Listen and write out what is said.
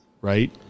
Right